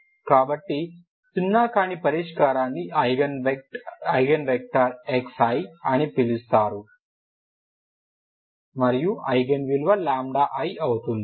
కాబట్టి సున్నా కాని పరిష్కారాన్ని ఐగెన్ వెక్టర్ Xi ≠0 అని పిలుస్తారు మరియు ఐగెన్ విలువ iఅవుతుంది